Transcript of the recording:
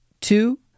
Two